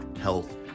health